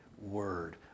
word